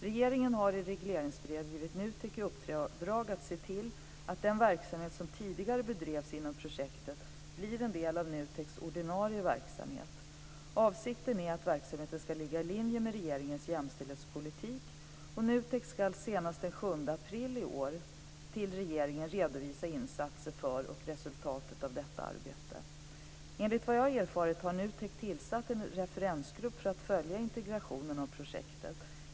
Regeringen har i regleringsbrev givit NUTEK i uppdrag att se till att den verksamhet som tidigare bedrevs inom projektet blir en del av NUTEK:s ordinarie verksamhet. Avsikten är att verksamheten ska ligga i linje med regeringens jämställdhetspolitik. NUTEK ska senast den 7 april i år till regeringen redovisa insatser för och resultat av detta arbete. Enligt vad jag erfarit har NUTEK tillsatt en referensgrupp för att följa integrationen av projektet.